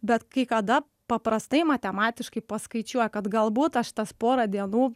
bet kai kada paprastai matematiškai paskaičiuoja kad galbūt aš tas porą dienų